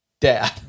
dad